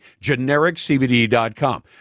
GenericCBD.com